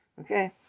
okay